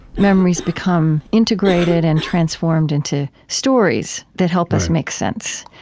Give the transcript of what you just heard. memories become integrated and transformed into stories that help us make sense.